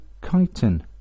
chitin